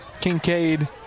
Kincaid